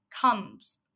comes